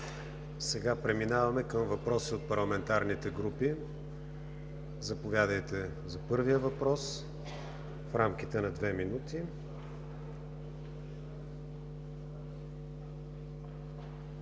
Сега преминаваме към въпроси от парламентарните групи. Заповядайте за първия въпрос, в рамките на две минути.